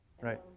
right